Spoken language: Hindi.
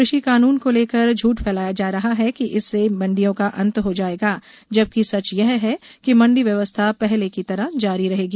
कृषि कानून को लेकर झूठ फैलाया जा रहा है कि इससे मंडियों का अंत हो जायेगा जबकि सच यह है कि मंडी व्यवस्था पहले की तरह जारी रहेगी